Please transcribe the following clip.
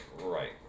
Right